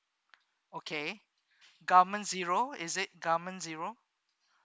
okay government is it government zero